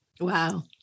Wow